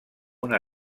una